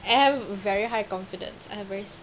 I have very high confidence I have